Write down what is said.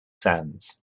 sands